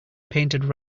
painted